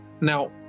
Now